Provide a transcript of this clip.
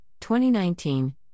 2019